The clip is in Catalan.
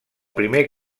primer